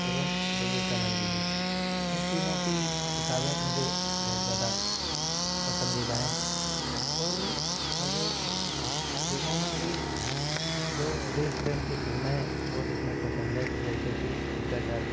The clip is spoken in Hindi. एवं विवेकानन्द जी इन तीनों की किताबें मुझे बहुत ज़्यादा पसंदीदा हैं और मुझे फिल्मों में भी जो देश प्रेम की फिल्में है वो देखना पसंद है जैसे कि गदर